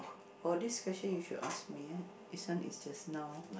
or this question you should ask me eh this one is just now